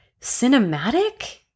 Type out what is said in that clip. cinematic